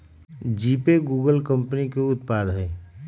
GPay Google company के उत्पाद हइ